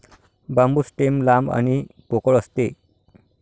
बांबू stem लांब आणि पोकळ असते